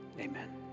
Amen